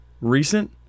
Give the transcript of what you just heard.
recent